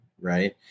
right